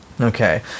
Okay